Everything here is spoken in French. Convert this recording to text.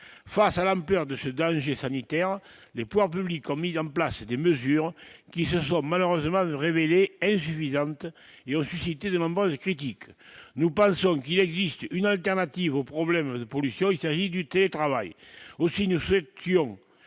face à la paire de ce danger sanitaire, les pouvoirs publics ont mis en place des mesures qui se soir malheureusement révélées insuffisante et au suscité de nombreuses critiques nous passionne, qu'il existe une alternative au problème de pollution, il s'agit du télétravail aussi ne souhaite